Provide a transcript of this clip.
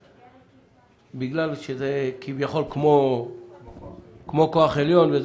בגלל שזה כמו --- כמו כוח עליון.